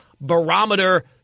barometer